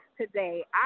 today